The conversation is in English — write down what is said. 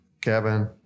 Kevin